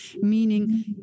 meaning